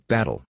Battle